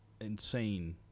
insane